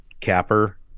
capper